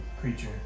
creature